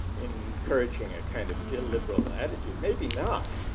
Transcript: encouraging a kind of a liberal attitude, maybe not.